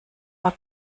war